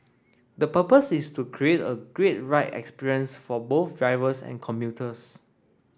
the purpose is to create a great ride experience for both drivers and commuters